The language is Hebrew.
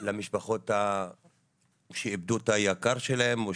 למשפחות שאיבדו את היקר להם או